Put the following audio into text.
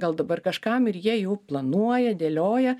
gal dabar kažkam ir jie jau planuoja dėlioja